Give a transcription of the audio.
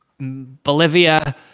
Bolivia